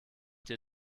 dir